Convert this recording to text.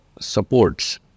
supports